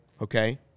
okay